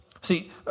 see